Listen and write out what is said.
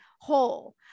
whole